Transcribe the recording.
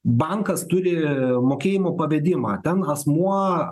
bankas turi mokėjimo pavedimą ten asmuo